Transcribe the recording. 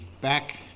back